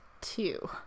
two